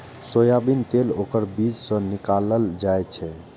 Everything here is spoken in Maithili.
सोयाबीन तेल ओकर बीज सं निकालल जाइ छै